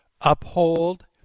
uphold